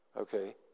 Okay